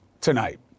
tonight